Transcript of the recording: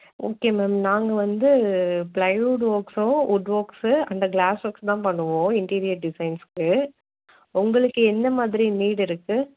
okay ma'am நாங்கள் வந்து plywood ஒர்க்ஸும் வுட் ஓர்க்ஸு அந்த க்ளாஸ் ஒர்க்ஸ் தான் பண்ணுவோம் இன்டீரியர் டிசைன்ஸ்க்கு உங்களுக்கு எந்த மாதிரி நீடு இருக்குது